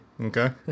Okay